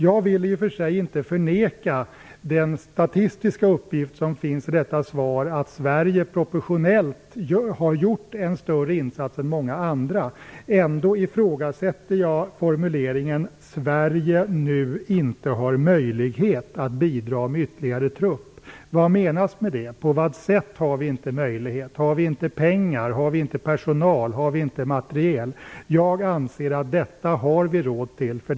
Jag vill i och för sig inte förneka den statistiska uppgift som finns i detta svar om att Sverige proportionellt har gjort en större insats än många andra. Ändå ifrågasätter jag formuleringen "- Sverige nu inte har möjlighet att bidra med ytterligare trupp". Vad menas med det? På vad sätt har vi inte möjlighet? Har vi inte pengar? Har vi inte personal? Har vi inte materiel? Jag anser att vi har råd till detta.